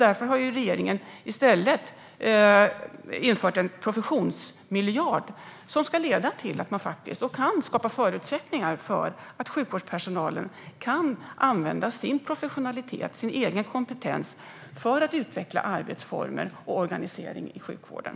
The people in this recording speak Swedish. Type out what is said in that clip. Därför har regeringen i stället infört en professionsmiljard, som ska leda till att det skapas förutsättningar för sjukvårdspersonalen att använda sin professionalitet och sin egen kompetens för att utveckla arbetsformer och organisering i sjukvården.